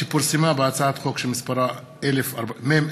שפורסמה בהצעת חוק שמספרה מ/1045,